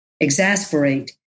exasperate